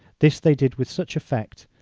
this they did with such effect,